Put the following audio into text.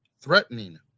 threatening